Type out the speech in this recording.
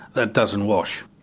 that doesn't wash.